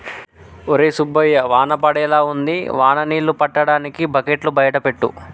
ఒరై సుబ్బయ్య వాన పడేలా ఉంది వాన నీళ్ళు పట్టటానికి బకెట్లు బయట పెట్టు